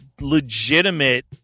legitimate